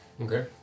Okay